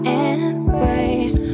embrace